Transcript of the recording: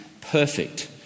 perfect